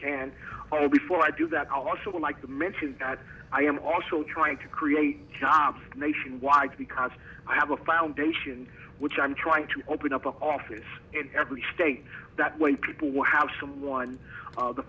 can all before i do that i also would like to mention that i am also trying to create jobs nationwide because i have a foundation which i'm trying to open up an office in every state that when people will have someone the